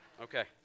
Okay